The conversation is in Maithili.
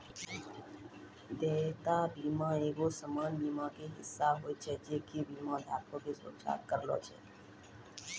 देयता बीमा एगो सामान्य बीमा के हिस्सा होय छै जे कि बीमा धारको के सुरक्षा करै छै